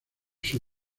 sus